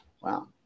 Wow